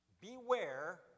beware